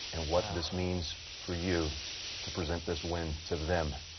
and what this means for you to present this went to them.